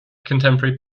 contemporary